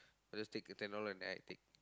I just take the ten dollar and then I take